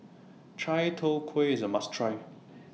Chai Tow Kuay IS A must Try